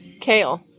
Kale